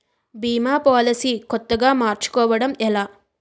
భీమా policy కొత్తగా మార్చుకోవడం ఎలా?